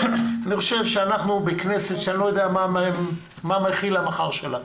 אנחנו בכנסת שאני לא יודע מה מכיל המחר שלה,